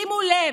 שימו לב: